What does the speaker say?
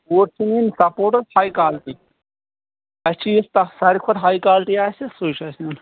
boot چھِ نِنۍ sports high quality اَسہِ چھُ یُس تتھ سارِوٕے کھۅتہٕ ہاے کالٹی آسہِ سُے چھُ اَسہِ نِیُِن